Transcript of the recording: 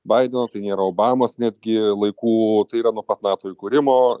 baideno tai nėra obamos netgi laikų tai yra nuo pat nato įkūrimo